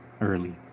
early